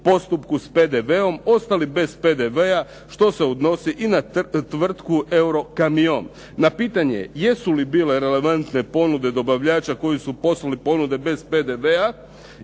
postupku s PDV-om, ostali bez PDV-a, što se odnosi i na tvrtku Eurokamion. Na pitanje jesu li bile relevantne ponude dobavljača koji su poslali ponude bez PDV-a,